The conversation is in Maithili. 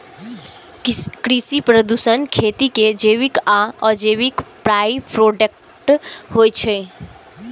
कृषि प्रदूषण खेती के जैविक आ अजैविक बाइप्रोडक्ट होइ छै